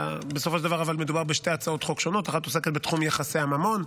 בסופו של דבר מדובר בשתי הצעות חוק שונות: אחת עוסקת בתחום יחסי הממון,